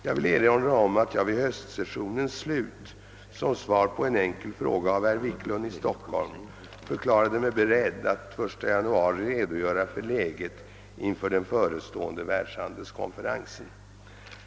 Jag vill erinra om att jag vid höstsessionens slut som svar på en enkel fråga av herr Wiklund i Stockholm förklarade mig beredd att i januari redogöra för läget inför den förestående världshandelskonferensen.